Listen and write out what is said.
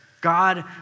God